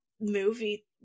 movie